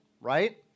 right